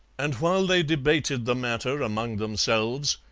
and while they debated the matter among themselves,